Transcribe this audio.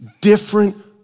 different